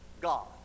god